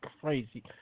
crazy